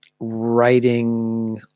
writing